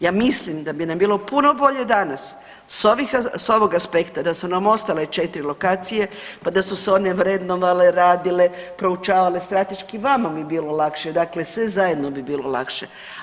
Ja mislim da bi nam bilo puno bolje danas s ovog aspekta da su nam ostale 4 lokacije pa da su se one vrednovale, radile, proučavale strateški, vama bi bilo lakše, dakle sve zajedno bi bilo lakše.